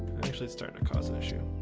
usually starting to cause issue